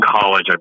college